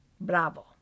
Bravo